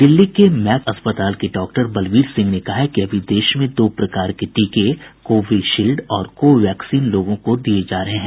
दिल्ली के मैक्स अस्पताल के डॉक्टर बलवीर सिंह ने कहा है कि अभी देश में दो प्रकार के टीके कोविशील्ड और को वैक्सीन लोगों को दिये जा रहे हैं